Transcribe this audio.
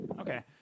Okay